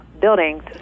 buildings